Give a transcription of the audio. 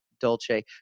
Dolce